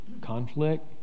conflict